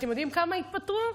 אתם יודעים כמה התפטרו?